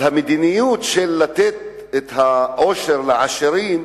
אז המדיניות של לתת את העושר לעשירים,